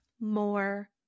more